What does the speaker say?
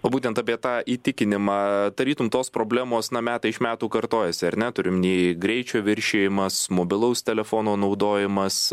o būtent apie tą įtikinimą tarytum tos problemos na metai iš metų kartojasi ar ne turiu omeny greičio viršijimas mobilaus telefono naudojimas